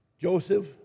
Joseph